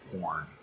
porn